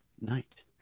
night